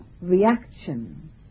reaction